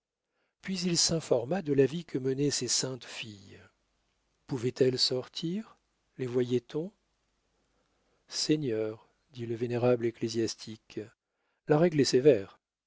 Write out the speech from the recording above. puis il s'informa de la vie que menaient ces saintes filles pouvaient-elles sortir les voyait-on seigneur dit le vénérable ecclésiastique la règle est sévère